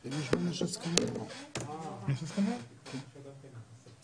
אני אומנם הוזעקתי לכאן משום שנאמר לי שיש מחטף שרוצה לזרוק